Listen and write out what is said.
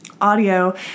audio